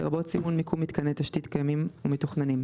לרבות סימון מיקום מיתקני תשתית קיימים ומתוכננים,